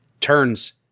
turns